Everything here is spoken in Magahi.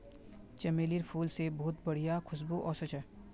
चमेलीर फूल से बहुत बढ़िया खुशबू वशछे